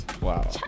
Wow